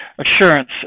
assurance